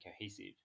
cohesive